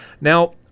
Now